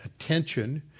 attention